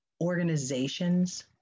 organizations